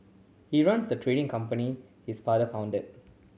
he runs the trading company his father founded